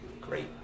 great